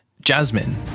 Jasmine